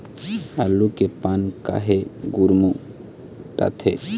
आलू के पान काहे गुरमुटाथे?